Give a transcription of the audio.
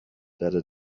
better